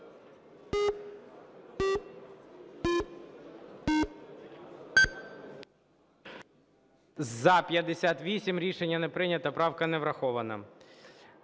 За-59 Рішення не прийнято. Правка не врахована.